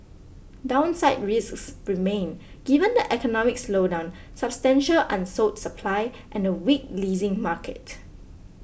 downside risks remain given the economic slowdown substantial unsold supply and a weak leasing market